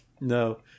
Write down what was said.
No